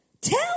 Tell